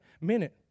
minute